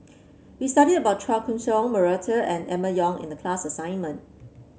we studied about Chua Koon Siong Murray and Emma Yong in the class assignment